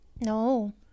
No